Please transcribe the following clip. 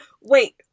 wait